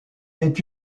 est